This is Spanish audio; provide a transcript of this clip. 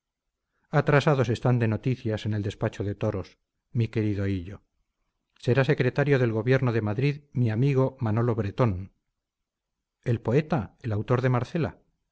atrasados están de noticias en el despacho de toros mi querido hillo será secretario del gobierno de madrid mi amigo manolo bretón el poeta el autor de marcela